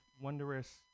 wondrous